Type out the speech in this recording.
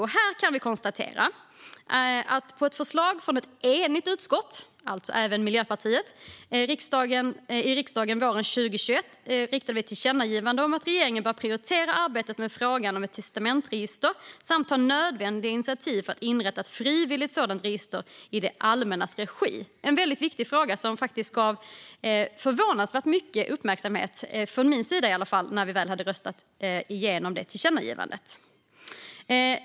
Och här kan vi konstatera att på ett förslag från ett enigt utskott, alltså även Miljöpartiet, i riksdagen våren 2021 riktade vi ett tillkännagivande till regeringen om att den bör prioritera arbetet med frågan om ett testamentsregister samt ta nödvändiga initiativ för att inrätta ett frivilligt sådant register i det allmännas regi. Det är en väldigt viktig fråga som faktiskt gav förvånansvärt mycket uppmärksamhet från min sida i alla fall när vi väl hade röstat igenom detta tillkännagivande.